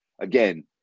again